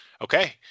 Okay